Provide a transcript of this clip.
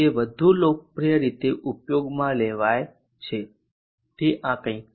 તેથી જે વધુ લોકપ્રિય રીતે ઉપયોગમાં લેવાય છે તે આ કંઈક છે